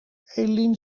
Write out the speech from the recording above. eline